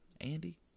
Andy